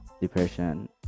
depression